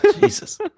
Jesus